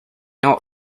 not